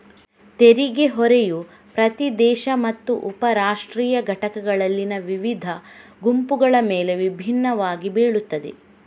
ತೆರಿಗೆ ಹೊರೆಯು ಪ್ರತಿ ದೇಶ ಮತ್ತು ಉಪ ರಾಷ್ಟ್ರೀಯ ಘಟಕಗಳಲ್ಲಿನ ವಿವಿಧ ಗುಂಪುಗಳ ಮೇಲೆ ವಿಭಿನ್ನವಾಗಿ ಬೀಳುತ್ತದೆ